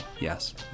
yes